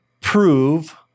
prove